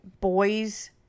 boys